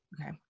okay